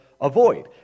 Avoid